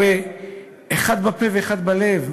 הרי אחד בפה ואחד בלב,